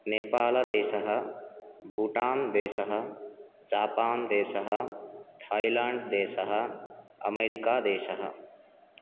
नेपालदेशः भूटान् देशः जॉपान् देशः थाय्लान्ड् देशः अमेरिका देशः